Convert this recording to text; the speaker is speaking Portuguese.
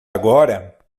agora